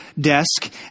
desk